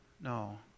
no